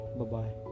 Bye-bye